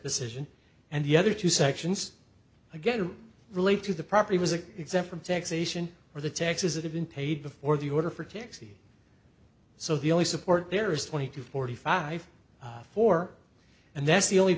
decision and the other two sections again relate to the property was it exempt from taxation or the taxes that have been paid before the order for taxi so the only support there is twenty two forty five four and that's the only